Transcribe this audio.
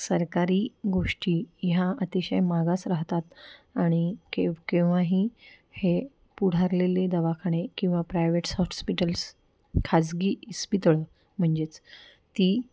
सरकारी गोष्टी ह्या अतिशय मागास राहतात आणि केव केव्हाही हे पुढारलेले दवाखाने किंवा प्रायव्हेट्स हॉस्पिटल्स खाजगी इस्पितळं म्हणजेच ती